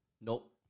Nope